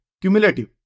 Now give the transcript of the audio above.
cumulative